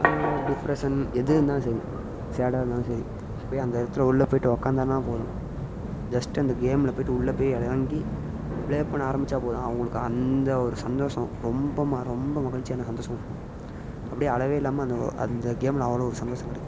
ஒரு டிப்ரெஷன் எது இருந்தாலும் சரி சேடாக இருந்தாலும் சரி போய் அந்த இடத்துல உள்ளே போயிவிட்டு உக்காந்தான்னா போதும் ஜஸ்ட்டு அந்த கேம்ல போயிவிட்டு உள்ள போய் இறங்கி ப்ளே பண்ணால் ஆரமிச்சால் போதும் அவங்களுக்கு அந்த ஒரு சந்தோஷம் ரொம்ப ம ரொம்ப மகிழ்ச்சியான சந்தோஷம் கொடுக்கும் அப்படியே அளவே இல்லாமல் அந்த அந்த கேம்ல அவ்வளோ ஒரு சந்தோஷம் கிடைக்கும்